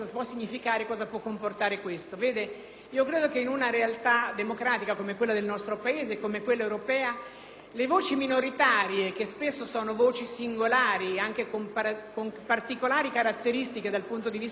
le voci minoritarie, che spesso sono voci singolari anche con particolari caratteristiche dal punto di vista storico e culturale, siano il sale della democrazia, perché spesso portano avanti un pensiero divergente che non è un pensiero antagonista,